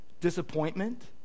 disappointment